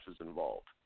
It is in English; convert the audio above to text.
involved